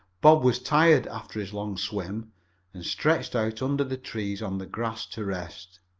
bob was tired after his long swim and stretched out under the trees on the grass to rest.